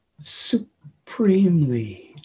supremely